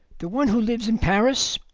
the one who lives in paris,